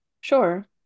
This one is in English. Sure